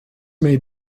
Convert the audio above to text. may